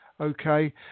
Okay